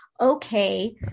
okay